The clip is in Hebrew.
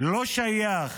לא שייך